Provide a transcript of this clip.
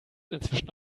inzwischen